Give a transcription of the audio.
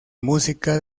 música